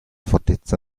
fortezza